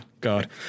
God